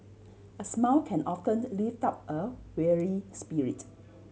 a smile can often lift up a weary spirit